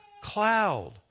Cloud